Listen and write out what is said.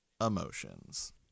emotions